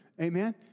Amen